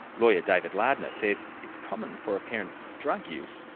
lawyer david lardner says it's common for a parent's drug use,